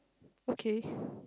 okay